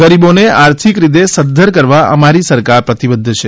ગરીબોને આર્થિક રીતે સદ્વર કરવા અમારી સરકાર પ્રતિબદ્ધ છે